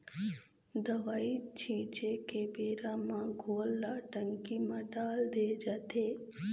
दवई छिंचे के बेरा म घोल ल टंकी म डाल दे जाथे